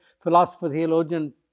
philosopher-theologian